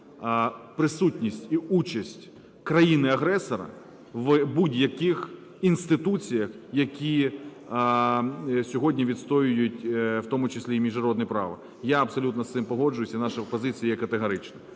присутність і участь країни-агресора в будь-яких інституціях, які сьогодні відстоюють в тому числі і міжнародне право. Я абсолютно з цим погоджуюсь, і наша позиція є категорична.